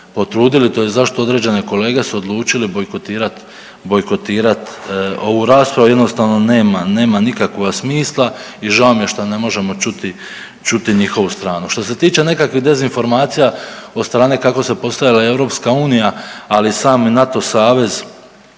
potrudili tj. zašto određene kolege su odlučili bojkotirat, bojkotirat ovu raspravu, jednostavno nema, nema nikakva smisla i žao mi je što ne možemo čuti, čuti njihovu stranu. Što se tiče nekakvih dezinformacija od strane kako se postavila EU, ali i sami NATO savez